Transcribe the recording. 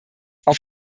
auf